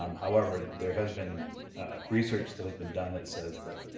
um however, there has been research that has been done that says that,